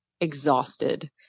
exhausted